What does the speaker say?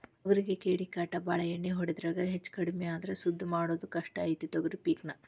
ತೊಗರಿಗೆ ಕೇಡಿಕಾಟ ಬಾಳ ಎಣ್ಣಿ ಹೊಡಿದ್ರಾಗ ಹೆಚ್ಚಕಡ್ಮಿ ಆದ್ರ ಸುದ್ದ ಮಾಡುದ ಕಷ್ಟ ಐತಿ ತೊಗರಿ ಪಿಕ್ ನಾ